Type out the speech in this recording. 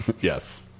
yes